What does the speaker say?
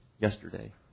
yesterday